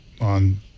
on